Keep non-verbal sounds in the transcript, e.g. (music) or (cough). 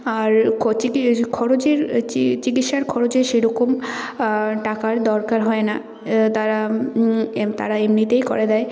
আর হচ্ছে কী খরচের চিকিৎসার খরচে সেরকম টাকার দরকার হয় না তারা (unintelligible) তারা এমনিতেই করে দেয়